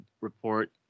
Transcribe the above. report